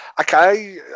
Okay